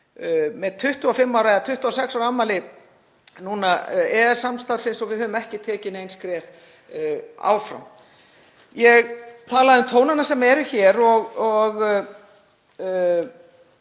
er 25 ára eða 26 ára afmæli EES-samstarfsins og við höfum ekki tekin nein skref áfram. Ég talaði um tónana sem eru hér og